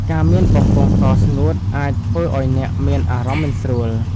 ការមានបំពង់កស្ងួតអាចធ្វើឱ្យអ្នកមានអារម្មណ៍មិនស្រួល។